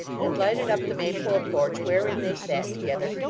and lighted up the maypole porch wherein they sat together,